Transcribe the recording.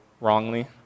wrongly